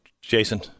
Jason